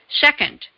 Second